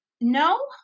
No